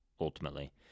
ultimately